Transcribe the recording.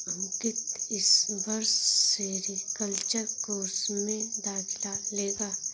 अंकित इस वर्ष sericulture course में दाखिला लेगा